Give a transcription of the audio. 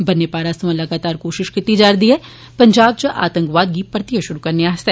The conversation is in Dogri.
बन्नै पारा सोयां लगातार कोशिश कीती जा र दी ऐ पंजाब इच आंतकवाद गी परतिए शुरू करने आस्तै